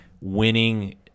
winning